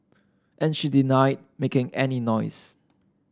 and she denied making any noise